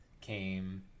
came